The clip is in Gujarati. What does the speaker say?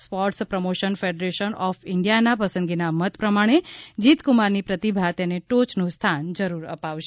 સ્પોર્ટસ પ્રમોશન ફેડરેશન ઓફ ઇન્ડિયાના પસંદગીના મત પ્રમાકો જીતકુમારની પ્રતિભા તેને ટોચનું સ્થાન જરૂર અપાવશે